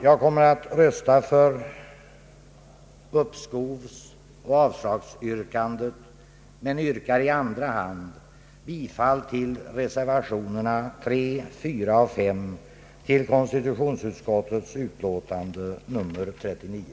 Jag kommer att rösta för uppskovsoch avslagsyrkandet men yrkar i andra hand bifall till reservationerna 3, 4 och 5 till konstitutionsutskottets utlåtande nr 39.